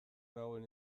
dagoen